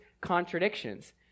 contradictions